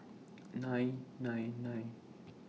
nine nine nine